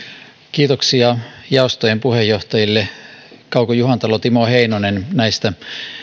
kiitoksia jaostojen puheenjohtajille kauko juhantalo timo heinonen näistä